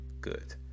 good